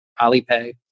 Alipay